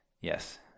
Yes